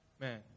man